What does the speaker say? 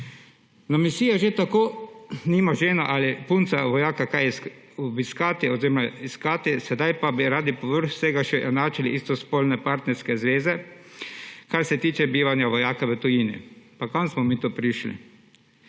Na misijah že tako nima žena ali punca vojaka kaj iskati, sedaj pa bi radi povrh vsega še enačili istospolne partnerske zveze, kar se tiče bivanja vojaka v tujini. Pa kam smo mi to prišli?